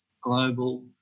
global